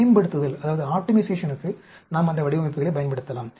மேம்படுத்துதலுக்கு நாம் அந்த வடிவமைப்புகளைப் பயன்படுத்தலாம்